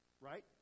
Right